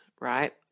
Right